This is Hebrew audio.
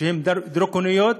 שהן דרקוניות,